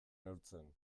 neurtzen